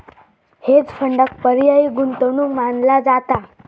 hedge फंडांक पर्यायी गुंतवणूक मानला जाता